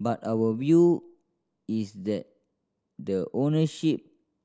but our view is that the ownership